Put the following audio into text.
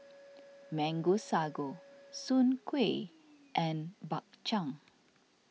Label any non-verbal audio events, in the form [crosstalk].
[noise] Mango Sago Soon Kueh and Bak Chang